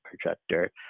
projector